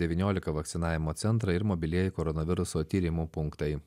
devyniolika vakcinavimo centrą ir mobilieji koronaviruso tyrimų punktai